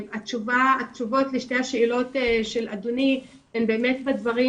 התשובות לשתי השאלות של אדוני הן באמת בדברים